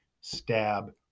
stab